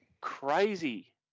crazy